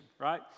right